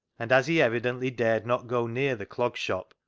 and as he evidently dared not go near the clog shop,